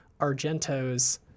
Argento's